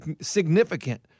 significant